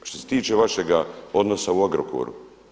Što se tiče vašega odnosa u Agrokoru.